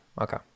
Okay